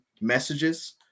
messages